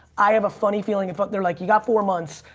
i have a funny feeling if but they're like, you got four months.